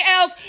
else